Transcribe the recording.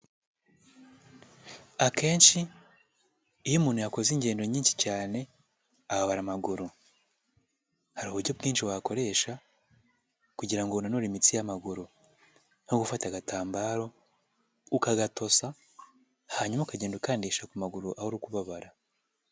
Akenshi iyo umuntu yakoze ingendo nyinshi cyane ahabara amaguru, hari uburyo bwinshi wakoresha kugira ngo unanure imitsi y'amaguru, nko gufata agatambaro ukagatosa hanyuma ukagenda ukandisha ku maguru aho uri kubabara.